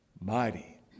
mighty